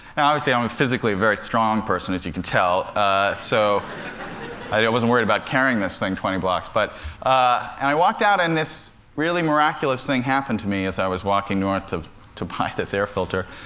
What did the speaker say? and obviously i'm physically a very strong person, as you can tell ah so i yeah wasn't worried about carrying this thing twenty blocks. but ah and i walked out, and this really miraculous thing happened to me as i was walking north to buy this air filter,